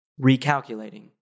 recalculating